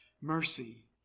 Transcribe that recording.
Mercy